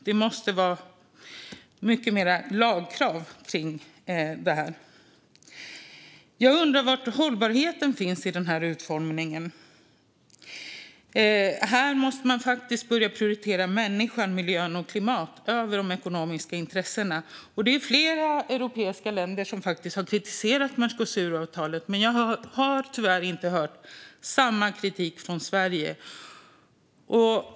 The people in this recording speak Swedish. Det måste vara mycket mer lagkrav i detta. Jag undrar också var hållbarheten finns i utformningen. Man måste börja prioritera människan, miljön och klimatet över de ekonomiska intressena. Flera europeiska länder har faktiskt kritiserat Mercosuravtalet, men jag har tyvärr inte hört samma kritik från Sverige.